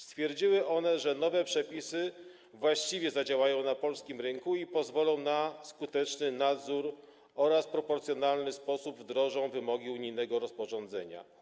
Stwierdziły one, że nowe przepisy właściwie zadziałają na polskim rynku i pozwolą na skuteczny nadzór oraz w proporcjonalny sposób wdrożą wymogi unijnego rozporządzenia.